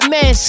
Man